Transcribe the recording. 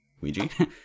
Ouija